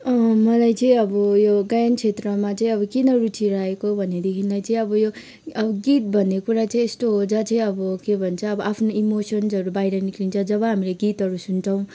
अँ मलाई चाहिँ अब यो गायन क्षेत्रमा चाहिँ अब किन रुचि लागेको भनेदेखिलाई चाहिँ अब यो अब गीत भन्ने कुरा चाहिँ यस्तो हो जहाँ चाहिँ अब के भन्छ अब आफ्नो इमोसन्सहरू बाहिर निस्किन्छ जब हामीले गीतहरू सुन्छौँ